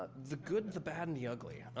but the good, the bad, and the ugly.